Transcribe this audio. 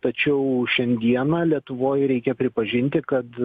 tačiau šiandieną lietuvoj reikia pripažinti kad